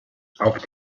auf